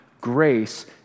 grace